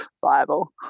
viable